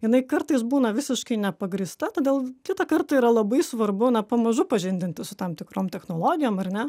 jinai kartais būna visiškai nepagrįsta todėl kitą kartą yra labai svarbu na pamažu pažindintis su tam tikrom technologijom ar ne